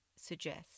suggest